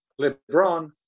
lebron